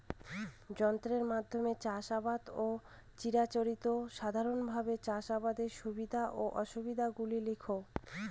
যন্ত্রের মাধ্যমে চাষাবাদ ও চিরাচরিত সাধারণভাবে চাষাবাদের সুবিধা ও অসুবিধা গুলি লেখ?